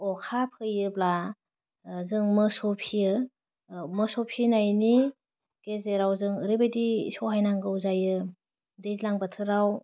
अखा फैयोब्ला ओह जों मोसौ फियो ओह मोसौ फिनायनि गेजेराव जों ओरैबायदि सहायनांगौ जायो दैज्लां बोथोराव